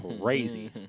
crazy